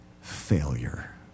failure